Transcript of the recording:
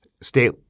state